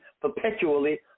perpetually